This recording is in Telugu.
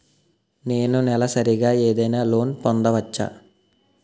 నేను నెలసరిగా ఏదైనా లోన్ పొందవచ్చా?